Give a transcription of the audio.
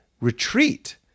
retreat